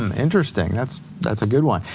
um interesting, that's that's a good one.